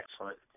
Excellent